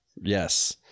Yes